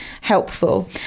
helpful